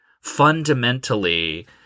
fundamentally